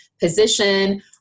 position